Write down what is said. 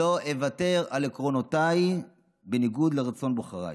לא אוותר על עקרונותיי בניגוד לרצון בוחריי.